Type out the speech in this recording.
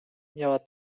miała